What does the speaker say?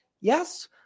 yes